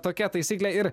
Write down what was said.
tokia taisyklė ir